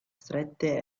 strette